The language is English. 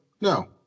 no